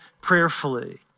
prayerfully